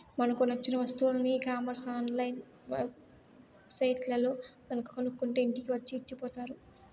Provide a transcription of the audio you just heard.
మనకు నచ్చిన వస్తువులని e commerce online web సైట్లల్లో గనక కొనుక్కుంటే ఇంటికి వచ్చి ఇచ్చిపోతారు